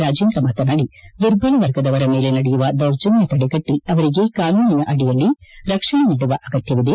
ರಾಜೇಂದ್ರ ಮಾತನಾಡಿ ದುರ್ಬಲ ವರ್ಗದವರ ಮೇಲೆ ನಡೆಯುವ ದೌರ್ಜನ್ಕ ತಡೆಗಟ್ಟ ಅವರಿಗೆ ಕಾನೂನಿನ ಅಡಿಯಲ್ಲಿ ರಕ್ಷಣೆ ನೀಡುವ ಅಗತ್ಯವಿದೆ